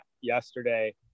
yesterday